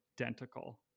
identical